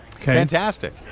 Fantastic